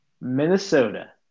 Minnesota